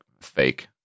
fake